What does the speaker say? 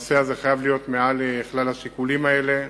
הנושא הזה חייב להיות מעל לכלל השיקולים האלה.